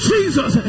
Jesus